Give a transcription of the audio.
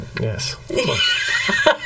Yes